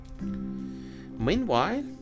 Meanwhile